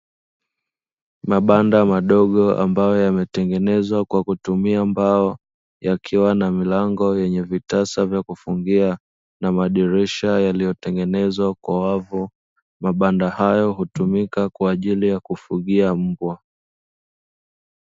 Mabanda madogo ambayo yametengenezwa kwa kutumia mbao, yakiwa na milango yenye vitasa vya kufungia na madirisha yaliyotengenezwa kwa wavu. Mabanda hayo hutumika kwa ajili ya kufugia mbwa.